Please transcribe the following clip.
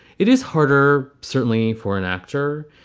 it is harder, certainly for an actor,